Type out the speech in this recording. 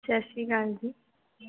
ਸਤਿ ਸ਼੍ਰੀ ਅਕਾਲ ਜੀ